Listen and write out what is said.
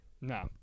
No